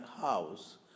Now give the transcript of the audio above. house